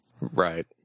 right